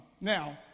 Now